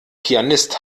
pianist